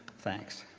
thanks.